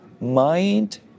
mind